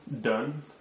done